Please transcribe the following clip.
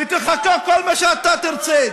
ותחוקק כל מה שאתה תרצה.